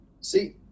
See